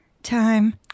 time